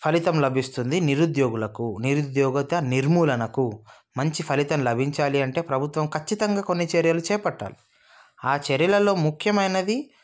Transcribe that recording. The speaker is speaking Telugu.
ఫలితం లబిస్తుంది నిరుద్యోగులకు నిరుద్యోగిత నిర్మూలనకు మంచి ఫలితం లభించాలి అంటే ప్రభుత్వం ఖచ్చితంగా కొన్ని చర్యలు చేపట్టాలి ఆ చర్యలలో ముఖ్యమైనవి